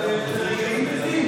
באמת, לרגעים מתים,